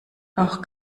auch